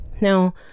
Now